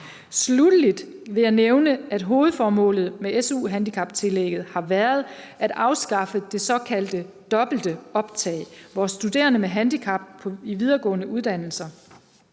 Sluttelig vil jeg nævne, at hovedformålet med SU-handicaptillægget har været at afskaffe det såkaldte dobbelte optag for studerende med handicap i videregående uddannelser.